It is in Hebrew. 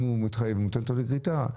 אם ניתן אותו לגריטה,